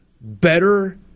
better